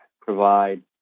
provide